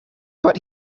but